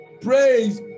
Praise